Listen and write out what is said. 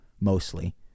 Mostly